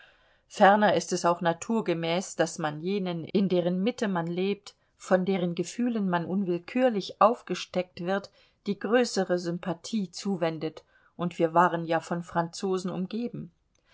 ferner ist es auch naturgemäß daß man jenen in deren mitte man lebt von deren gefühlen man unwillkürlich aufgesteckt wird die größere sympathie zuwendet und wir waren ja von franzosen umgeben